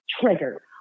trigger